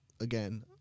again